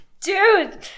Dude